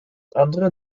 andere